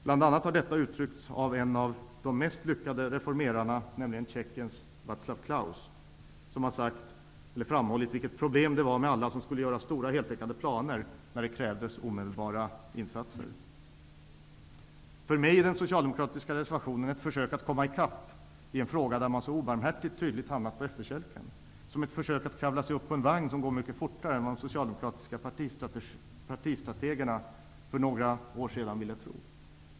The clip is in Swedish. Detta har bl.a. uttryckts av en av de mest lyckade reformerarna, nämligen tjecken Vaclav Klaus, som har framhållit vilket problem det var med alla som skulle göra stora heltäckande planer, när det krävdes omedelbara insatser. För mig är den socialdemokratiska reservationen ett försök att komma i kapp i en fråga där man så obarmhärtigt tydligt hamnat på efterkälken. Den är som ett försök att kravla sig upp på en vagn som går mycket fortare än vad de socialdemokratiska partistrategerna för några år sedan ville tro.